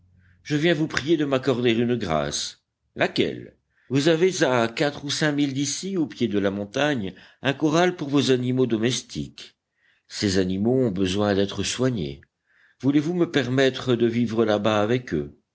je viens vous prier de m'accorder une grâce laquelle vous avez à quatre ou cinq milles d'ici au pied de la montagne un corral pour vos animaux domestiques ces animaux ont besoin d'être soignés voulez-vous me permettre de vivre là-bas avec eux